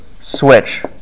Switch